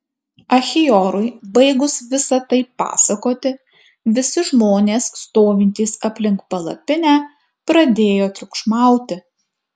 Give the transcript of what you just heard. achiorui baigus visa tai pasakoti visi žmonės stovintys aplink palapinę pradėjo triukšmauti